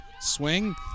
Swing